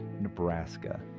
Nebraska